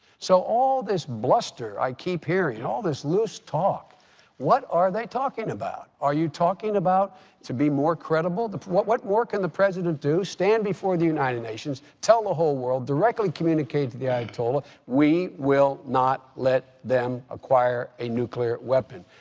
so all this bluster i keep hearing, all this loose talk what are they talking about? are you talking about to be more credible? what what more can the president do? stand before the united nations, tell the whole world, directly communicate to the ayatollah we will not let them acquire a nuclear weapon,